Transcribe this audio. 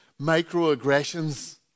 microaggressions